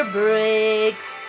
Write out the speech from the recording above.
breaks